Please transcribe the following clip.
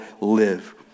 live